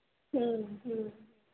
ହୁଁ ହୁଁ